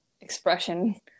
expression